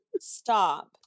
Stop